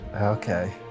Okay